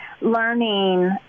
learning